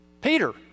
Peter